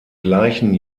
gleichen